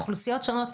אוכלוסיות שונות.